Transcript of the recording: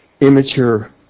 immature